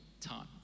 time